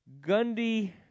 Gundy